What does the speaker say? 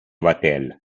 vatel